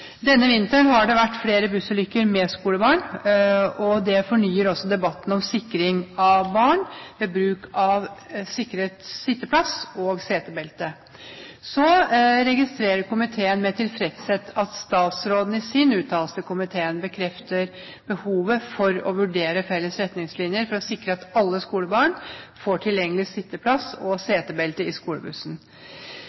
Denne vinteren har det vært flere bussulykker med skolebarn, og det fornyer debatten om sikring av barn ved bruk av sitteplass og setebelte. Så registrerer komiteen med tilfredshet at statsråden i sin uttalelse til komiteen bekrefter behovet for å vurdere felles retningslinjer for å sikre alle skolebarn tilgjengelig sitteplass og